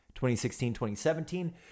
2016-2017